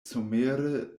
somere